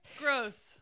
Gross